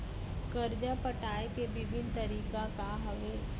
करजा पटाए के विभिन्न तरीका का हवे?